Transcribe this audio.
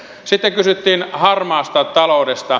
sitten kysyttiin harmaasta taloudesta